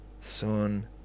Sun